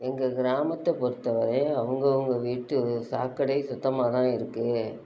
எங்கள் கிராமத்தை பொறுத்தை வரையும் அவங்கவுங்க வீட்டு சாக்கடை சுத்தமாக தான் இருக்குது